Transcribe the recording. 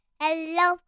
hello